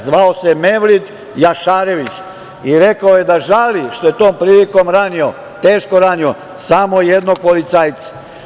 Zvao se Mevrić Jašarević i rekao je da žali što je tom prilikom teško ranio samo jednog policajca.